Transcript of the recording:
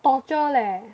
torture leh